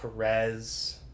Perez